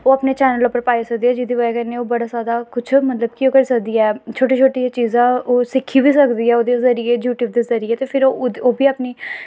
ओह् अपने चैनल उप्पर पाई सकदी जेह्दी बज़ह् कन्नै ओह् बड़ा जादा कुछ मतलब कि ओह् करी सकदी ऐ छोटी छोटी चीज़ां ओह् सिक्खी बी सकदी ऐ ओह्दे जरिए यूट्यूब दे जरिए ते फिर ओह् बी अपनी